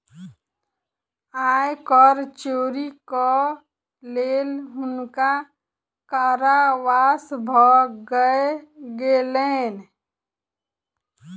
आय कर चोरीक लेल हुनका कारावास भ गेलैन